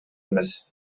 эмес